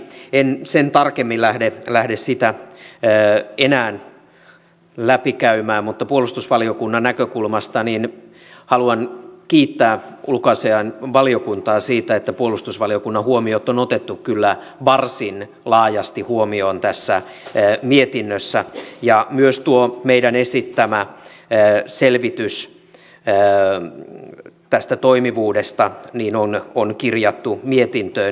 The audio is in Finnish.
en sen tarkemmin lähde sitä enää läpi käymään mutta puolustusvaliokunnan näkökulmasta haluan kiittää ulkoasiainvaliokuntaa siitä että puolustusvaliokunnan huomiot on otettu kyllä varsin laajasti huomioon tässä mietinnössä ja myös tuo meidän esittämämme selvitys tästä toimivuudesta on kirjattu mietintöön